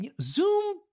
zoom